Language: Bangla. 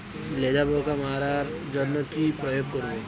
লেদা পোকা মারার জন্য কি প্রয়োগ করব?